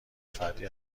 فردی